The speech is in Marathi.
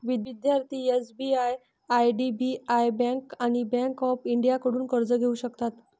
विद्यार्थी एस.बी.आय आय.डी.बी.आय बँक आणि बँक ऑफ इंडियाकडून कर्ज घेऊ शकतात